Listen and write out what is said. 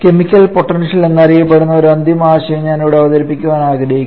chemical potential എന്ന് അറിയപ്പെടുന്ന ഒരു അന്തിമ ആശയം ഞാൻ ഇവിടെ അവതരിപ്പിക്കാൻ ആഗ്രഹിക്കുന്നു